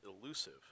elusive